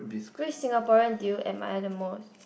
which Singaporean do you admire the most